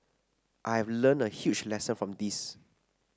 I have learnt a huge lesson from this